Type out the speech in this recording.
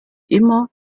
immer